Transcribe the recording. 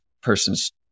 person's